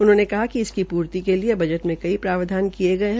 उन्होंने कहा कि इसकी पूर्ति के लिए बजट में नई प्रावधान किये गये है